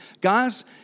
guys